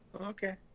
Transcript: okay